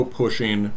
pushing